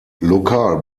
lokal